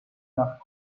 nach